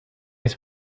his